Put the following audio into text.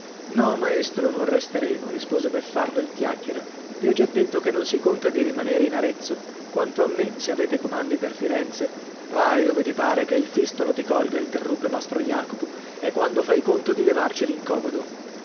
no maestro non resteremo rispose beffardo il chiacchiera vi ho già detto che non si conta di rimanere in arezzo quanto a me se avete comandi per firenze vai dove ti pare che il fistolo ti colga interruppe mastro jacopo e quando fai conto di levarci l'incomodo